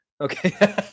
Okay